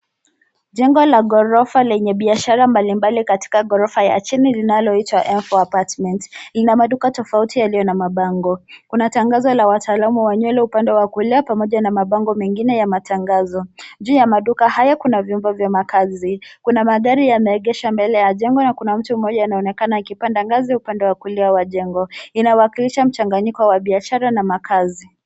Jengo la ghorofa lenye biashara mbalimbali katika ghorofa ya chini linaloitwa M4 apartment. Ina maduka tofauti yalio na mabango. Kuna tangazo la wataalamu wa nywele upande wa kulia pamoja na mabango mengine ya matangazo. Juu ya maduka haya kuna vyumba vya makaazi Kuna magari yameegeshwa mbele ya jengo na kuna mtu mmoja anaonekana akipanda ngazi upande wa kulia wa jengo. Inawakilisha mchnagnyiko wa biashara na makaazi.